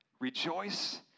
rejoice